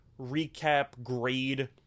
recap-grade